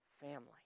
family